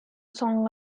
song